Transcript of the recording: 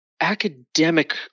Academic